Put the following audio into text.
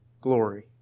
glory